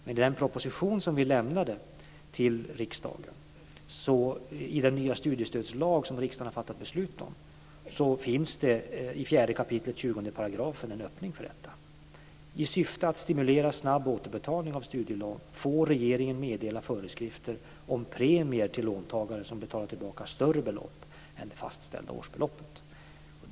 Men i den proposition som vi lade fram för riksdagen och i den nya studiestödslag som riksdagen fattade beslut om, finns det i 4 kap. 20 § en öppning för detta, dvs. i syfte att stimulera snabb återbetalning av studielån får regeringen meddela föreskrifter som premier till låntagare som betalar tillbaka större belopp än det fastställda årsbeloppet.